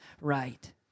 right